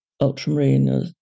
ultramarine